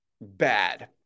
bad